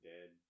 Dead